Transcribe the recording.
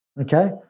Okay